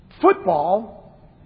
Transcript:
football